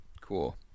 cool